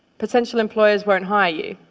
potential employers won't hire you.